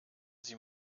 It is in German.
sie